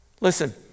Listen